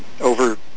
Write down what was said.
Over